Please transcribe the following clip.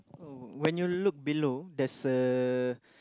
oh when you look below there's a